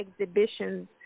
exhibitions